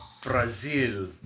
Brazil